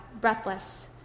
breathless